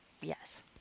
Yes